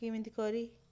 କେମିତି କରି